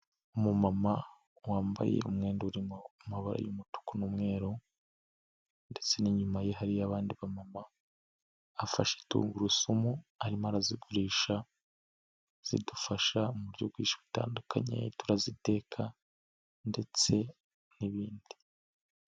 Umumama wambaye umwenda urimo amabara y'umutuku n'umweru ndetse n'inyuma ye hari abandi bamama, afashe tungurusumu arimo arazigurisha, zidufasha mu buryo bwinshi butandukanye, turaziteka ndetse n'ibindi.